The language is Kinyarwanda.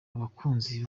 abakunzi